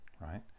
right